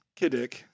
Kiddick